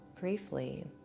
Briefly